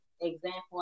example